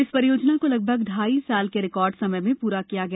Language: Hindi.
इस परियोजना को लगभग ढाई साल के रिकार्ड समय में पूरा किया गया